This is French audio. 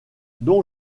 don